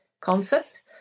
concept